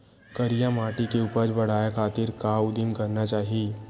करिया माटी के उपज बढ़ाये खातिर का उदिम करना चाही?